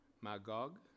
Magog